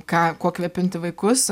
ką kuo kvėpinti vaikus